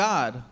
God